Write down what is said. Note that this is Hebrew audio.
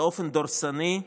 באופן דורסני,